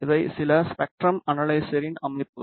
இவை சில ஸ்பெக்ட்ரம் அனலைசரின் அமைப்புகள்